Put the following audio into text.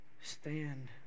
Stand